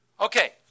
Okay